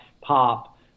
pop